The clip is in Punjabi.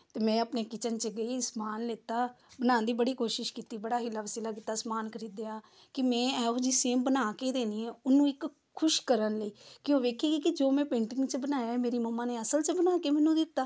ਅਤੇ ਮੈਂ ਆਪਣੀ ਕਿਚਨ 'ਚ ਗਈ ਸਮਾਨ ਲਿਤਾ ਬਣਾਉਣ ਦੀ ਬੜੀ ਕੋਸ਼ਿਸ਼ ਕੀਤੀ ਬੜਾ ਹੀ ਲਵ ਸਿਲਾ ਕੀਤਾ ਸਮਾਨ ਖਰੀਦਿਆ ਕਿ ਮੈਂ ਇਹੋ ਜਿਹੀ ਸੇਮ ਬਣਾ ਕੇ ਦੇਣੀ ਹੈ ਉਹਨੂੰ ਇੱਕ ਖੁਸ਼ ਕਰਨ ਲਈ ਕਿ ਉਹ ਦੇਖੇਗੀ ਕਿ ਜੋ ਮੈਂ ਪਿੰਟਿੰਗ 'ਚ ਬਣਾਇਆ ਮੇਰੀ ਮੰਮਾ ਨੇ ਅਸਲ 'ਚ ਬਣਾ ਕੇ ਮੈਨੂੰ ਦਿੱਤਾ